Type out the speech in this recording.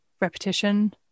repetition